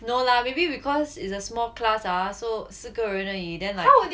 no lah maybe because it's a small class ah so 四个人而已 then like